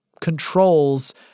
controls